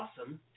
awesome